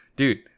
Dude